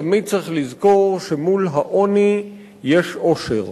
תמיד צריך לזכור שמול העוני יש עושר